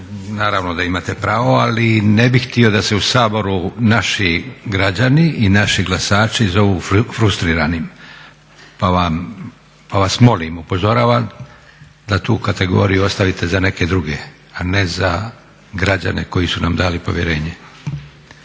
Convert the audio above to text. Naravno da imate pravo, ali ne bih htio da se u Saboru naši građani i naši glasači zovu frustriranim pa vas molim, upozoravam da tu kategoriji ostavite za neke druge, a ne za građane koji su nam dali povjerenje.